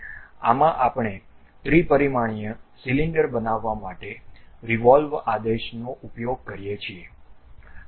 આમાં આપણે ત્રિ પરિમાણીય સિલિન્ડર બનાવવા માટે રીવોલ્વ આદેશનો ઉપયોગ કરીએ છીએ